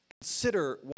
Consider